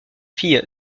fille